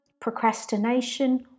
procrastination